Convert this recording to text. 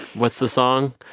what's the song?